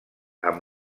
amb